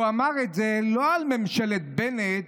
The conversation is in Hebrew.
הוא אמר את זה לא על ממשלת בנט,